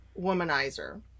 womanizer